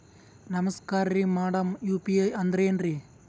ನಮಸ್ಕಾರ್ರಿ madam UPI ಅಂದ್ರೆನ್ರಿ?